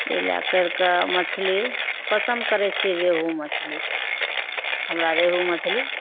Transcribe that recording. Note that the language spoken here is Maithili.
ई लै करिके मछली पसन्द करै छिए रेहू मछली हमरा रेहू मछली